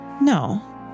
No